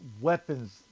weapons